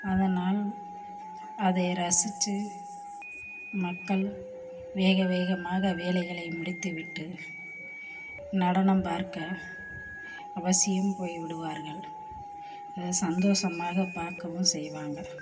அதனால் அதை ரசித்து மக்கள் வேக வேகமாக வேலைகளை முடித்துவிட்டு நடனம் பார்க்க அவசியம் போய் விடுவார்கள் இதை சந்தோஷமாக பார்க்கவும் செய்வாங்க